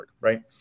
Right